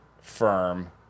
firm